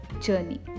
journey